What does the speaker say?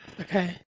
Okay